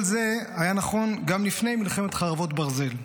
כל זה היה נכון גם לפני מלחמת חרבות ברזל,